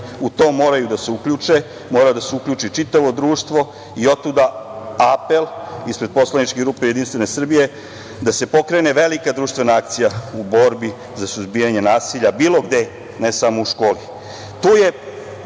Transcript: u to moraju da se uključe, mora da se uključi čitavo društvo i otuda apel ispred poslaničke grupe Jedinstvene Srbije da se pokrene velika društvena akcija u borbi za suzbijanje nasilja bilo gde, ne samo u školi. Dobro